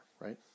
right